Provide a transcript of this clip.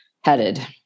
headed